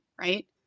right